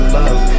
love